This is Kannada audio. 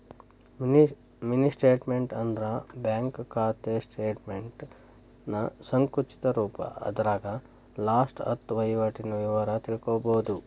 ಮಿನಿ ಸ್ಟೇಟ್ಮೆಂಟ್ ಅಂದ್ರ ಬ್ಯಾಂಕ್ ಖಾತೆ ಸ್ಟೇಟಮೆಂಟ್ನ ಸಂಕುಚಿತ ರೂಪ ಅದರಾಗ ಲಾಸ್ಟ ಹತ್ತ ವಹಿವಾಟಿನ ವಿವರ ತಿಳ್ಕೋಬೋದು